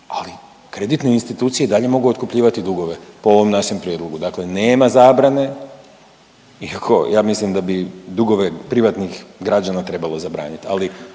Ali kreditne institucije i dalje mogu otkupljivati dugove po ovom našem prijedlogu. Dakle, nema zabrane, iako ja mislim da bi dugove privatnih građana trebalo zabraniti,